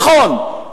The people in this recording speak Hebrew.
נכון,